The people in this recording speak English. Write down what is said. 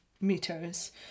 meters